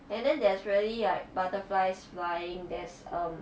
and then there's really like butterflies flying there's um